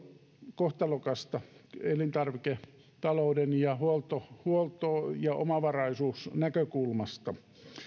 kohtalokasta elintarviketalouden ja huollon ja omavaraisuuden näkökulmasta